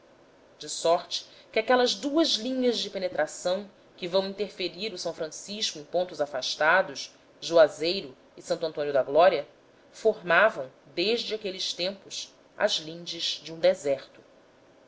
de sorte que aquelas duas linhas de penetração que vão interferir o s francisco em pontos afastados juazeiro e santo antônio da glória formavam desde aqueles tempos as lindes de um deserto